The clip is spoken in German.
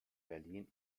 berlin